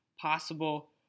possible